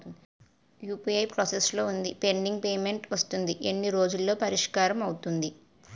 UPI process లో వుంది pending payment వస్తుంది ఎన్ని రోజుల్లో పరిష్కారం అవుతుంది